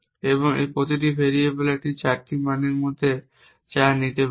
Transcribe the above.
সুতরাং প্রতিটি ভেরিয়েবল এই 4টি মানের মধ্যে 4 নিতে পারে